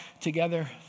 together